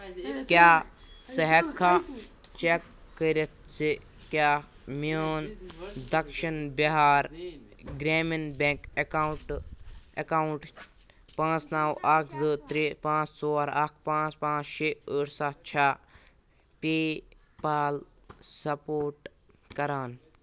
کیٛاہ ژٕ ہیٚککھا چیٚک کٔرِتھ زِ کیٛاہ میون دکشِن بِہار گرٛامیٖن بیٚنٛک ایکاونٹہٕ ایکَاوُنٹ پانژھ نو اکھ زٕ ترٛےٚ پانژھ ژور اکھ پانژھ پانژھ شیٚے ٲٹھ سَتھ چھا پے پال سپورٹ کران؟